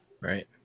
Right